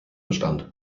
bestand